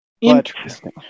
Interesting